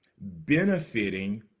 Benefiting